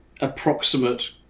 approximate